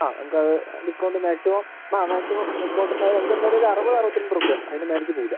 ആ നമുക്ക് അത് ഡിസ്കൗണ്ട് മാക്സിമം ആ മാക്സിമം ഡിസ്കൗണ്ട് ഉണ്ട് നമുക്ക് എന്തായാലും ഒര് അറുപ അറുപത്തിരണ്ട് രൂപ അതിൻ്റ മുകളിലേക്ക് പോവില്ല